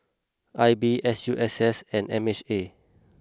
I B S U S S and M H A